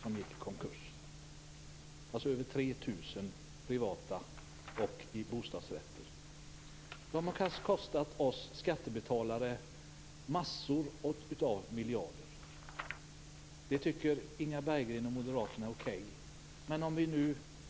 De har kostat oss skattebetalare massor av miljarder. Det tycker Inga Berggren och moderaterna är okej.